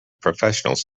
professionals